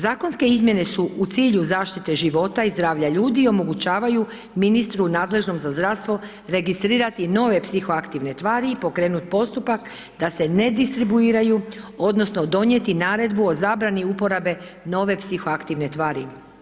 Zakonske izmjene su u cilju zaštite života i zdravlja ljudi, omogućavaju ministru nadležnom za zdravstvo, registrirati nove psihoaktivne tvari i pokrenuti postupak da se ne distribuiraju odnosno donijeti naredbu o zabranu uporabe nove psihoaktivne tvari.